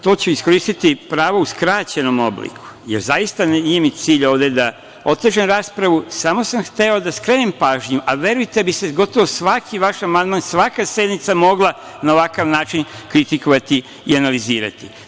To ću pravo iskoristiti u skraćenom obliku, jer zaista mi nije cilj da ovde otežavam raspravu, već sam samo hteo da skrenem pažnju, a verujte mi, gotovo svaki vaš amandman, svaka vaša sednica bi se mogla na ovakav način kritikovati i analizirati.